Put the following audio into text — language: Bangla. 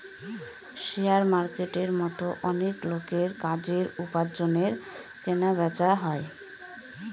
শেয়ার মার্কেটের মতো অনেক লোকের কাজের, উপার্জনের কেনা বেচা হয়